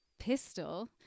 pistol